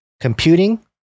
computing